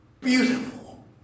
beautiful